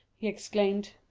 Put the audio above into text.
he exclaimed.